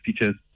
teachers